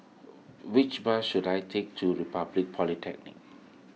which bus should I take to Republic Polytechnic